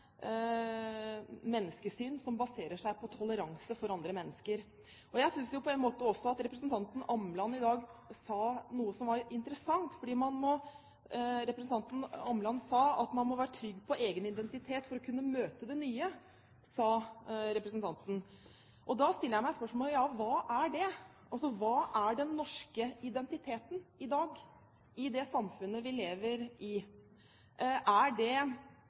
menneskesyn som baserer seg på toleranse for andre mennesker. Jeg synes representanten Åmland sa noe i dag som er interessant. Representanten Åmland sa at man må være trygg på egen identitet for å kunne møte det nye. Da stiller jeg meg spørsmålet: Hva er det? Hva er den norske identiteten i dag i det samfunnet vi lever i? Er det